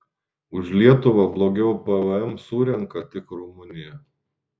už lietuvą blogiau pvm surenka tik rumunija